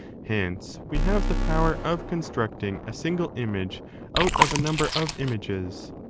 hence we have the power of constructing a single image out of a number of images.